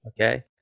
Okay